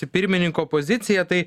pirmininko poziciją tai